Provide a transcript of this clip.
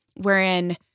wherein